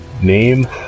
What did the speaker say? name